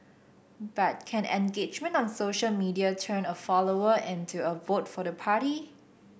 but can engagement on social media turn a follower into a vote for the party